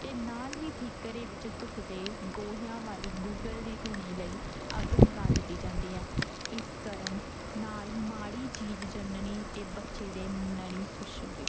ਅਤੇ ਨਾਲ ਹੀ ਠਿੱਕਰੇ ਵਿੱਚ ਧੁੱਖਦੇ ਗੋਹਿਆਂ ਵਾਲੀ ਗੁੱਗਲ ਦੀ ਧੂਣੀ ਲਈ ਅੱਗ ਮਘਾ ਦਿੱਤੀ ਜਾਂਦੀ ਆ ਇਸ ਕਰਨ ਨਾਲ ਮਾੜੀ ਚੀਜ਼ ਜਨਣੀ ਅਤੇ ਬੱਚੇ ਦੇ ਨਲੀ ਫੁਸ਼ਕ ਦੇ